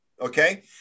Okay